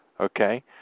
Okay